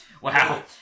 Wow